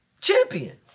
champion